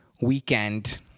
weekend